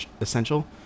essential